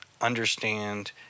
understand